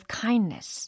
kindness